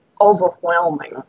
overwhelming